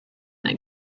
that